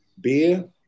Beer